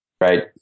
right